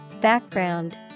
Background